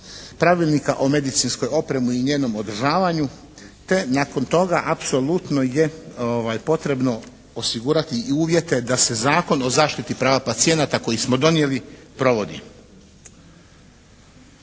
pravilnika o medicinskoj opremi i njenom održavanju te nakon toga apsolutno je potrebno osigurati i uvjete da se Zakon o zaštiti prava pacijenata koji smo donijeli provodi.